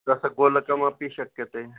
रसगोलकमपि शक्यते